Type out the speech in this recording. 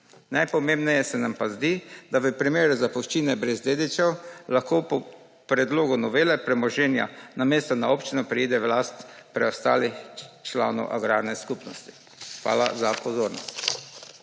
Najpomembneje se nam pa zdi, da v primeru zapuščine brez dedičev lahko po predlogu novele premoženje namesto na občino preide v last preostalih članov agrarne skupnosti. Hvala za pozornost.